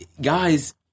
guys